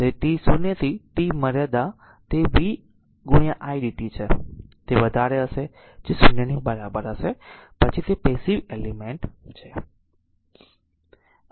તેથી t 0 થી t મર્યાદા તે vidt છે તે વધારે હશે જે 0 ની બરાબર હશે પછી તે પેસીવ એલિમેન્ટ છે